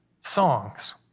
songs